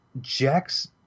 Jack's